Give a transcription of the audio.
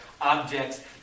objects